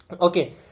Okay